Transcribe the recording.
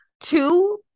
Two